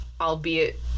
albeit